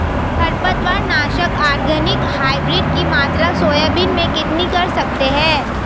खरपतवार नाशक organic hybrid की मात्रा सोयाबीन में कितनी कर सकते हैं?